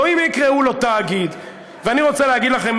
לא אם יקראו לו "תאגיד" ואני רוצה להגיד לכם,